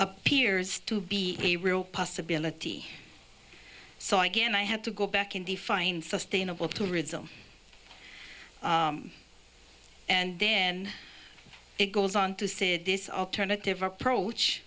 appears to be a real possibility so again i have to go back and define sustainable tourism and then it goes on to say this alternative approach